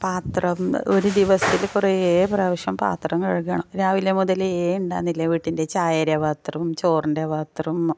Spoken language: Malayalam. പാത്രം ഒരു ദിവസത്തിൽ കുറേ പ്രാവശ്യം പാത്രം കഴുകണം രാവിലെ മുതലേ ഉണ്ടായിരുന്നില്ലേ വീട്ടിൻ്റെ ചായേൻ്റെ പാത്രം ചോറിൻ്റെ പാത്രം